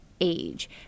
age